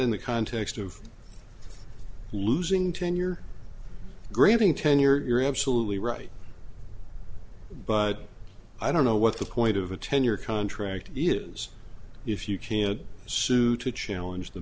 in the context of losing tenure granting tenure you're absolutely right but i don't know what the point of a ten year contract use if you can't sue to challenge the